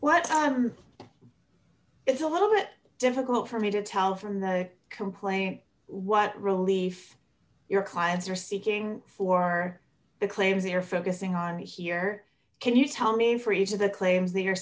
is a little bit difficult for me to tell from the complaint what relief your clients are seeking for the claim they're focusing on here can you tell me for each of the claims that you're